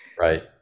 Right